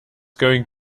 going